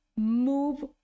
move